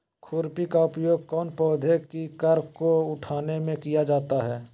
खुरपी का उपयोग कौन पौधे की कर को उठाने में किया जाता है?